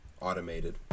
automated